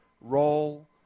role